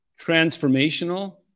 transformational